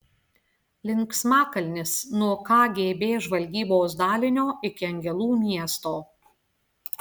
linksmakalnis nuo kgb žvalgybos dalinio iki angelų miesto